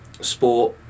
sport